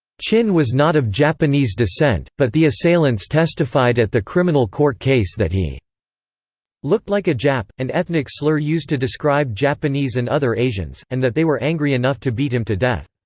chin was not of japanese descent, but the assailants testified at the criminal court case that he looked like a jap, an ethnic slur used to describe japanese and other asians, and that they were angry enough to beat him to death.